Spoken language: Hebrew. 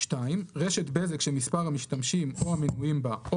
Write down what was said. רשת בזק שמספר המשתמשים או המנויים בה או